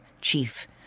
Chief